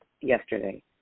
yesterday